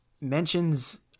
mentions